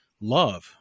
love